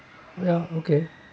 ya okay